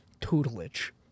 tutelage